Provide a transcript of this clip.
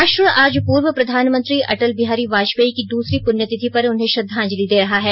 राष्ट्र आज पूर्व प्रधानमंत्री अटल बिहारी वाजपेयी की द्रसरी पृण्यतिथि पर उन्हें श्रद्वांजलि दे रहा है